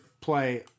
play